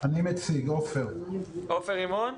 עופר רימון.